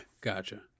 Gotcha